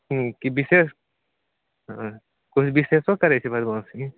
हूँ की बिशेष हऽ किछु बिशेषो करैत छै बदमाशी